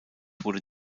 wurde